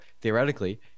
theoretically